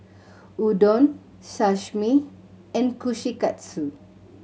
Udon Sashimi and Kushikatsu